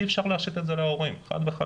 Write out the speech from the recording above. אי אפשר להשית את זה על ההורים, חד וחלק.